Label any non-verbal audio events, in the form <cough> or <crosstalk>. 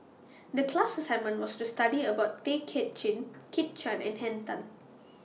<noise> The class assignment was to study about Tay Kay Chin Kit Chan and Henn Tan